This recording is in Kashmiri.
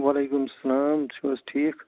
وعلیکُم سلام تُہۍ چھو حظ ٹھیٖک